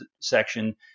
section